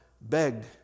begged